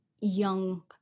Young